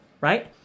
right